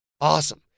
Awesome